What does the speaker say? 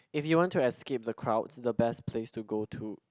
if you want to escape the crowd the best place to go to